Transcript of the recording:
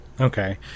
Okay